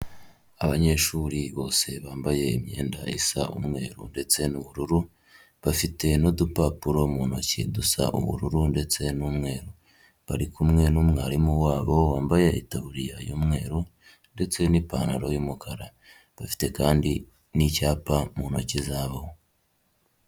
Abanyeshuri bose bambaye imyenda isa umweru ndetse n'ubururu, bafite n'udupapuro mu ntoki dusa ubururu ndetse n'umweru, bari kumwe n'umwarimu wabo wambaye itaburiya y'umweru, ndetse n'ipantaro y'umukara, bafite kandi n'icyapa mu ntoki zabo.